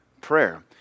prayer